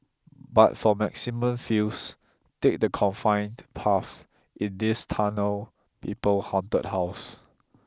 but for maximum feels take the confined path in this Tunnel People haunted house